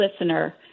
listener